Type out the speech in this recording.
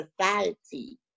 society